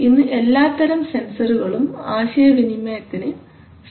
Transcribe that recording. ഇന്ന് എല്ലാത്തരം സെൻസറുകളും ആശയവിനിമയത്തിന് സജ്ജമാണ്